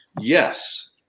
Yes